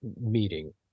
meeting